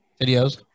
videos